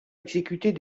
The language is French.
exécutés